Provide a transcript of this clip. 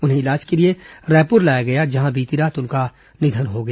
उन्हें इलाज के लिए रायपुर लाया गया जहां बीती रात उनका निधन हो गया